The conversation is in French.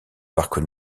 parc